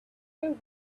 and